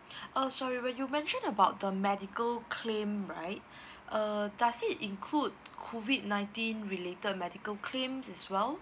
uh sorry when you mention about the medical claim right uh does it include COVID nineteen related medical claims as well